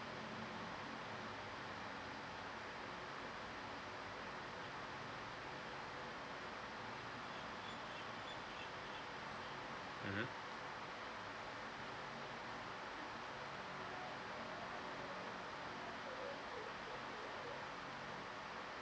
mmhmm